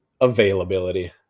availability